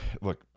Look